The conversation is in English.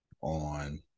on